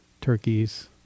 turkeys